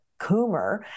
Coomer